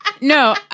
No